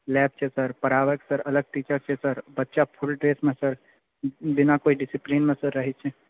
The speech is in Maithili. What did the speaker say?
लैब छै सर पढ़ाबएके सर अलग टीचर छै सर बच्चा फुल ड्रेसमे सर बिना कोइ डिसिप्लीनमे सर रहै छै